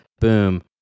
boom